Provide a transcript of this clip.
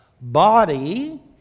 Body